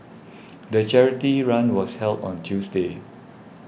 the charity run was held on Tuesday